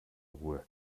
ruhe